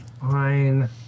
Fine